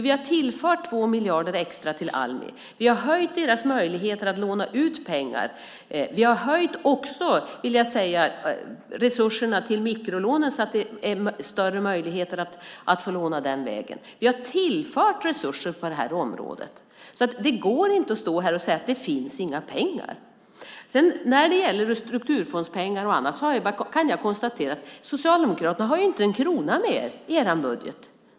Vi har tillfört 2 miljarder extra till Almi. Vi har förbättrat deras möjligheter att låna ut pengar. Vi har också höjt resurserna till mikrolånen så att det har blivit större möjligheter att låna den vägen. Vi har tillfört resurser på det här området, så det går inte att stå här och säga att det inte finns några pengar. När det gäller strukturfondspengar och annat kan jag konstatera att ni socialdemokrater inte har en krona mer i er budget.